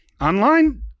online